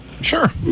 Sure